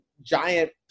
giant